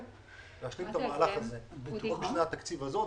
ולהשלים את המערך הזה בשנת הכספים הזאת.